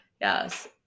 Yes